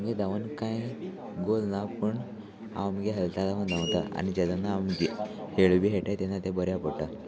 आमगे धांवन कांय गोल ना पूण हांव आमगे हेल्तान धांवता आनी जेन्ना आमी खेळ बी खेळटाय तेन्ना तें बऱ्या पडटा